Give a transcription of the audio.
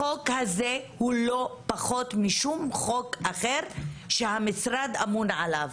החוק הזה הוא לא פחות משום חוק אחר שהמשרד אמון עליו.